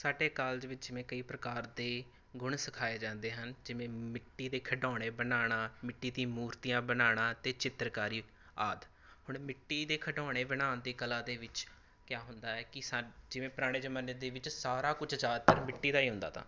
ਸਾਡੇ ਕਾਲਜ ਵਿੱਚ ਮੈਂ ਕਈ ਪ੍ਰਕਾਰ ਦੇ ਗੁਣ ਸਿਖਾਏ ਜਾਂਦੇ ਹਨ ਜਿਵੇਂ ਮਿੱਟੀ ਦੇ ਖਿਡੌਣੇ ਬਣਾਉਣਾ ਮਿੱਟੀ ਦੀ ਮੂਰਤੀਆਂ ਬਣਾਉਣਾ ਅਤੇ ਚਿੱਤਰਕਾਰੀ ਆਦਿ ਹੁਣ ਮਿੱਟੀ ਦੇ ਖਿਡੌਣੇ ਬਣਾਉਣ ਦੀ ਕਲਾ ਦੇ ਵਿੱਚ ਕਯਾ ਹੁੰਦਾ ਹੈ ਕਿ ਸਾ ਜਿਵੇਂ ਪੁਰਾਣੇ ਜ਼ਮਾਨੇ ਦੇ ਵਿੱਚ ਸਾਰਾ ਕੁਝ ਜ਼ਿਆਦਾਤਰ ਮਿੱਟੀ ਦਾ ਹੀ ਹੁੰਦਾ ਤਾ